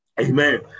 Amen